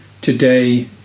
today